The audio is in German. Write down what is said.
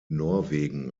norwegen